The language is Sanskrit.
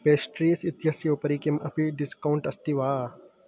पेस्ट्रीस् इत्यस्य उपरि किम् अपि डिस्कौण्ट् अस्ति वा